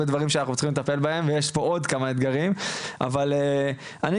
דברים שאנחנו חייבים לטפל בהם ויש פה עוד כמה אתגרים.